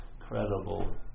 incredible